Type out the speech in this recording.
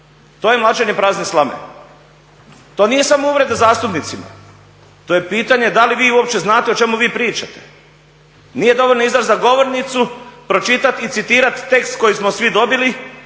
To je mlaćenje prazne slame? To nije samo uvreda zastupnicima, to je pitanje da li vi uopće znate o čemu vi pričate. Nije dovoljno izaći za govornicu, pročitati i citirati tekst koji smo svi dobili